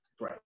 Right